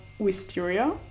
wisteria